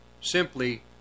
simply